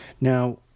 Now